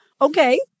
Okay